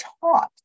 taught